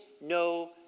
no